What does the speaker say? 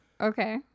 Okay